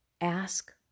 Ask